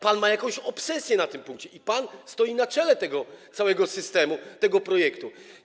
Pan ma jakąś obsesję na tym punkcie i pan stoi na czele tego całego systemu, tego projektu.